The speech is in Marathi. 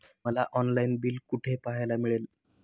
मला ऑनलाइन बिल कुठे पाहायला मिळेल?